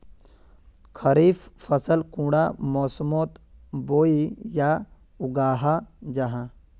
खरीफ फसल कुंडा मोसमोत बोई या उगाहा जाहा?